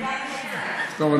טוב,